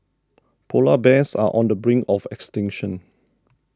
Polar Bears are on the brink of extinction